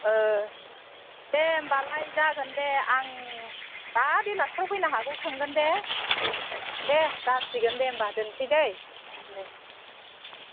औ दे होनबालाय जागोन दे आं दा बेलासिफोराव फैनो हागौ सोंगोन दे दे जासिगोन दे होमबा दोनसै दे